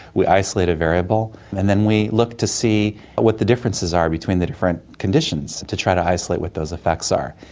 we isolate a variable, and then we look to see what the differences are between the different conditions to try to isolate what those effects are.